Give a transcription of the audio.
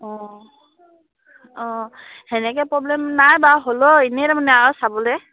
অঁ অঁ সেনেকৈ প্ৰব্লেম নাই বাৰু হ'লও এনেই তাৰমানে আৰু চাবলৈ